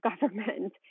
government